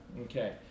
Okay